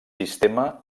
sistema